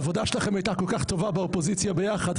העבודה שלכם היתה כל כך טובה באופוזיציה ביחד,